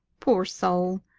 poor soul,